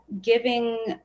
giving